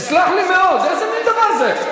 תסלח לי מאוד, איזה מין דבר זה?